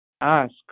ask